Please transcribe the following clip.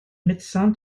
médecin